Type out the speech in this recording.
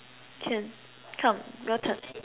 can come your turn